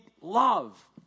love